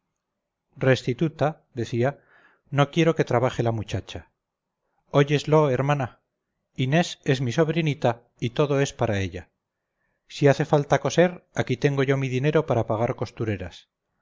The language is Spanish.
restituta decía no quiero que trabaje la muchacha óyeslo hermana inés es mi sobrinita y todo es para ella si hace falta coser aquí tengo yo mi dinero para pagar costureras